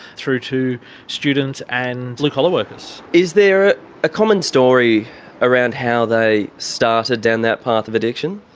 through to students and blue-collar workers. is there a common story around how they started down that path of addiction?